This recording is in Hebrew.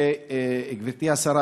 גברתי השרה,